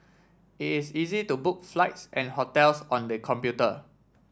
it is easy to book flights and hotels on the computer